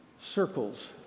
circles